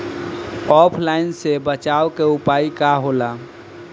ऑफलाइनसे बचाव के उपाय का होला?